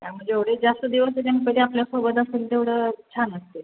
त्यामध्ये एवढे जास्त दिवस गणपती आपल्या सोबत असेल तेवढं छान असते